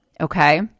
okay